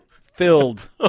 filled